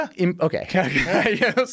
Okay